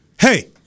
Hey